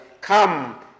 come